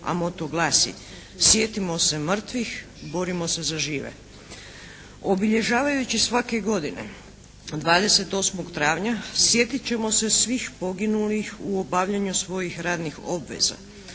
a moto glasi: “Sjetimo se mrtvih, borimo se za žive!“ Obilježavajući svake godine 28. travnja sjetit ćemo se svih poginulih u obavljanju svojih radnih obveza.